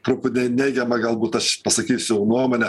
truputį neigiamą galbūt aš pasakysiu nuomonę